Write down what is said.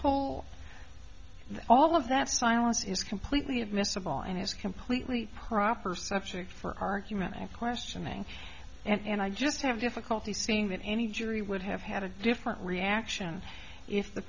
whole all of that silence is completely admissible and is completely proper subject for argument questioning and i just have difficulty seeing that any jury would have had a different reaction if the